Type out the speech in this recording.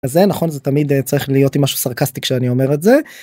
זה נכון זה תמיד צריך להיות עם משהו סרקסטי כשאני אומר את זה.